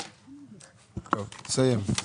תסיים.